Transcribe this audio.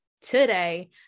today